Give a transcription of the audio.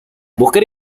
buscar